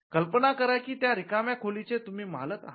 कल्पना करा कि त्या रिकाम्या खोलीचे तुम्ही मालक आहात